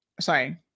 sorry